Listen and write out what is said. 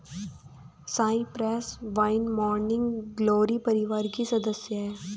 Cyprus vine morning glory परिवार की सदस्य हैं